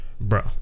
Bro